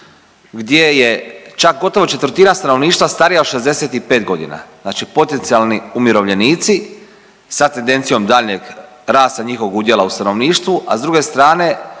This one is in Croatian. gdje je čak gotovo četvrtina stanovništva starija od 65 godina. Znači potencijalni umirovljenici sa tendencijom daljnjeg rasta njihovog udjela u stanovništvu, a s druge strane